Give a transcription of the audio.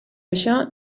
això